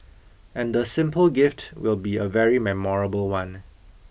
and the simple gift will be a very memorable one